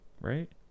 right